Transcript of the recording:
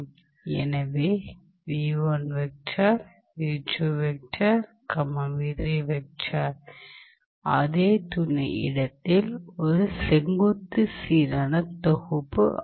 எனவே அதே துணை இடத்தில் ஒரு செங்குத்து சீரான தொகுப்பு ஆகும்